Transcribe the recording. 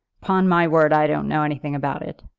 upon my word i don't know anything about it,